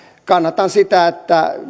kannatan sitä että